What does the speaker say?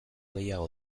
gehiago